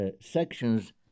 sections